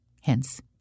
Hence